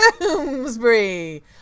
bloomsbury